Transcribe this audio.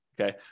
Okay